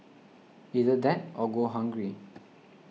either that or go hungry